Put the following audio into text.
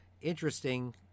interesting